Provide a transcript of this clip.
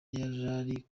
yarari